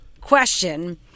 question